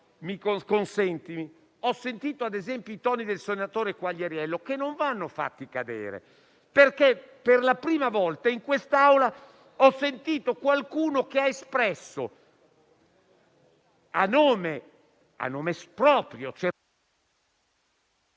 mi consenta. Ho sentito - ad esempio - i toni del senatore Quagliariello che non vanno fatti cadere perché, per la prima volta in quest'Aula, ho ascoltato qualcuno che ha espresso, a nome proprio